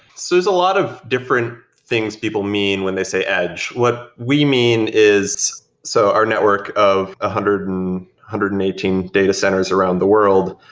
so there's a lot of different things people mean when they say edge. what we mean is so our network of one and hundred and eighteen data centers around the world,